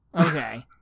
Okay